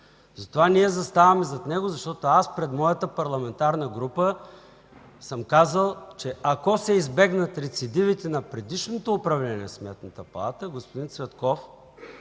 Затова ние заставаме зад него, защото пред моята парламентарна група аз съм казал, че ако се избегнат рецидивите на предишното управление на Сметната палата, господин Цветков